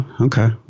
okay